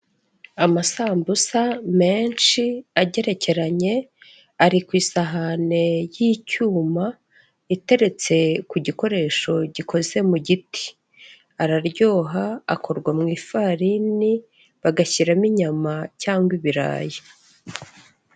Amasambusa menshi, agerekeranye, ari ku isahani y'icyuma, iteretse ku gikoresho gikoze mu giti. Araryoha, akorwa mu ifarini, bagashyiramo inyama, cyangwa ibirayi.